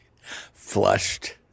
flushed